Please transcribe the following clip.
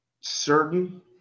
certain